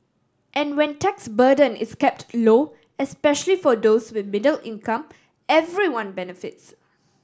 and when tax burden is kept low especially for those with middle income everyone benefits